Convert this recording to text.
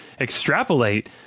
extrapolate